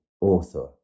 author